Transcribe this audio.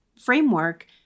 framework